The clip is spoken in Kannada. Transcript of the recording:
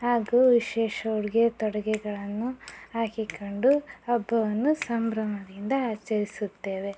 ಹಾಗೂ ವಿಶೇಷ ಉಡುಗೆ ತೊಡುಗೆಗಳನ್ನು ಹಾಕಿಕೊಂಡು ಹಬ್ಬವನ್ನು ಸಂಭ್ರಮದಿಂದ ಆಚರಿಸುತ್ತೇವೆ